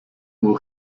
will